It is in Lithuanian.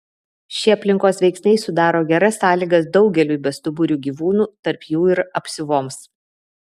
šie aplinkos veiksniai sudaro geras sąlygas daugeliui bestuburių gyvūnų tarp jų ir apsiuvoms